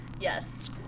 Yes